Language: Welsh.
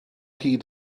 hyd